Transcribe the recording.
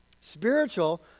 Spiritual